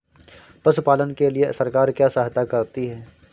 पशु पालन के लिए सरकार क्या सहायता करती है?